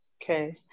Okay